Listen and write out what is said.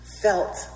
felt